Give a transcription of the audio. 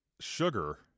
sugar